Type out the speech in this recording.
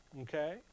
Okay